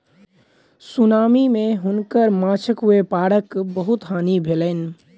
tsunami मे हुनकर माँछक व्यापारक बहुत हानि भेलैन